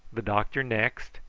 the doctor next,